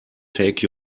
take